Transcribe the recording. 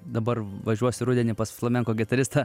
dabar važiuosiu rudenį pas flamenko gitaristą